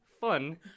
fun